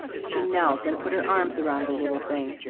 she knelt and put her arms around the little thing,